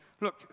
Look